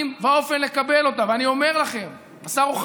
רק אתמול התוודענו לתקציב העתק שיהיה מושקע בלשכת האח התאום של ראש